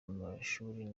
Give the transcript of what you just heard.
amashuri